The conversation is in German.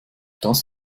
das